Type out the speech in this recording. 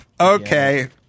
okay